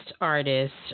artist